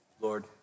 Lord